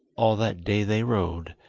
all that day they rode,